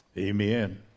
Amen